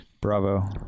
bravo